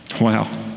Wow